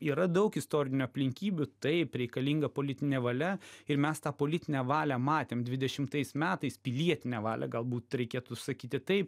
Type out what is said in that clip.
yra daug istorinių aplinkybių taip reikalinga politinė valia ir mes tą politinę valią matėm dvidešimtais metais pilietinę valią galbūt reikėtų sakyti taip